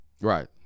Right